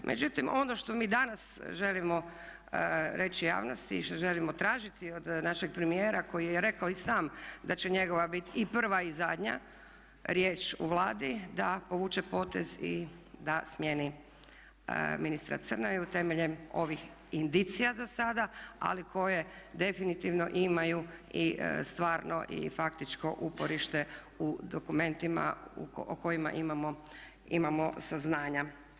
Međutim, ono što mi danas želimo reći javnosti i što želimo tražiti od našeg premijera koji je rekao i sam da će njegova biti i prva i zadnja riječ u Vladi da povuče potez i da smijeni ministra Crnoju temeljem ovih indicija za sada ali koje definitivno imaju i stvarno i faktičko uporište u dokumentima o kojima imamo saznanja.